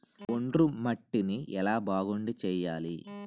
ఒండ్రు మట్టిని ఎలా బాగుంది చేయాలి?